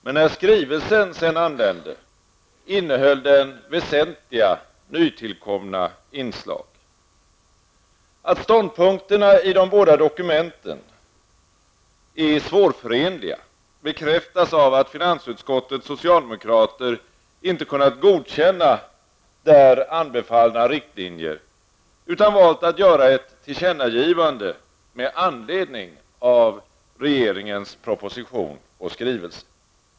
Men när skrivelsen sedan anlände, innehöll den väsentliga nytillkomna inslag. Att ståndpunkterna i de båda dokumenten från regeringen är svårförenliga bekräftas av att finansutskottets socialdemokrater inte kunnat godkänna där anbefallna riklinjer, utan valt att göra ett tillkännagivande med anledning av regeringens proposition och skrivelse.